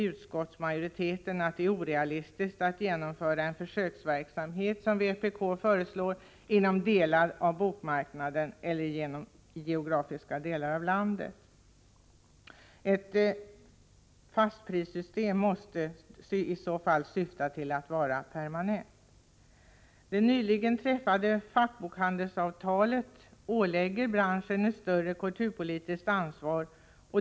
Utskottsmajoriteten anser att det är orealistiskt att genomföra en försöksverksamhet, som vpk föreslår, inom delar av bokmarknaden eller i geografiska delar av landet. Om ett system med fasta priser skall införas, måste syftet vara att det skall bli permanent. Det nyligen träffade fackbokhandelsavtalet ålägger branschen ett större kulturpolitiskt ansvar.